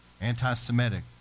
anti-Semitic